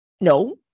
No